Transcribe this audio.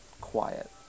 quiet